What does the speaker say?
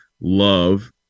love